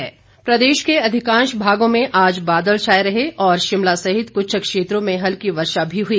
मौसम प्रदेश के अधिकांश भागों में आज बादल छाए रहे और शिमला सहित कुछ क्षेत्रों में हल्की वर्षा भी हुई